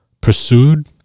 Pursued